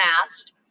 Asked